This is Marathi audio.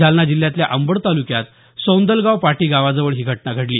जालना जिल्ह्यातल्या अंबड तालुक्यात सौंदलगाव पाटी गावाजवळ ही घटना घडली